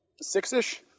six-ish